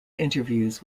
interviews